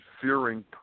fearing